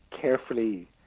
carefully